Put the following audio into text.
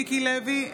מיקי לוי,